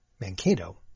Mankato